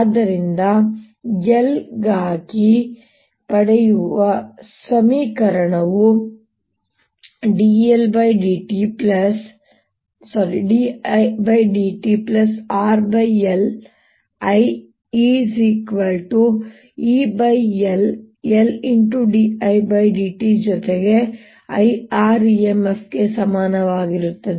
ಆದ್ದರಿಂದ I ಗಾಗಿ ನಾವು ಪಡೆಯುವ ಸಮೀಕರಣವು dIdtRLIL L d I d t ಜೊತೆಗೆ I R EMF ಗೆ ಸಮಾನವಾಗಿರುತ್ತದೆ